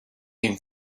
been